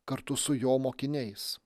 kartu su jo mokiniais